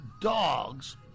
dogs